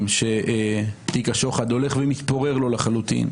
היא שתיק השוחד הולך ומתפורר לו לחלוטין.